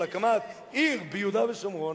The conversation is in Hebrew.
על הקמת עיר ביהודה ושומרון,